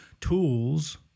Tools